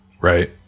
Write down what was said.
right